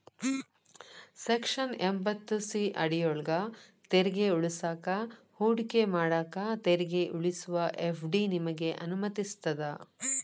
section ಎಂಭತ್ತು C ಅಡಿಯೊಳ್ಗ ತೆರಿಗೆ ಉಳಿಸಾಕ ಹೂಡಿಕೆ ಮಾಡಾಕ ತೆರಿಗೆ ಉಳಿಸುವ ಎಫ್.ಡಿ ನಿಮಗೆ ಅನುಮತಿಸ್ತದ